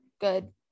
Good